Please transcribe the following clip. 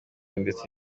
ndetse